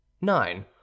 nine